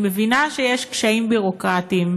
אני מבינה שיש קשיים ביורוקרטיים,